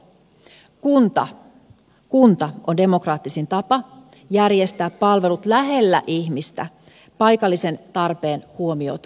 kunta on demokraattisin tapa järjestää palvelut lähellä ihmistä paikalliset tarpeet huomioon ottaen